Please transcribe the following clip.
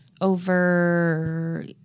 over